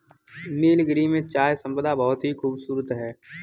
नीलगिरी में चाय संपदा बहुत ही खूबसूरत है